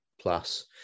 plus